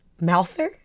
Mouser